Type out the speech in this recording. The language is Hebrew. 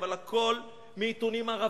אבל הכול מעיתונים ערביים,